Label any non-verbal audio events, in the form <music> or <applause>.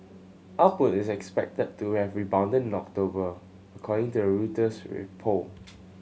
output is expected to have rebounded in October according to a Reuters <unintelligible> poll